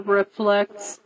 reflects